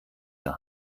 der